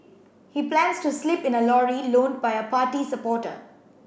he plans to sleep in a lorry loaned by a party supporter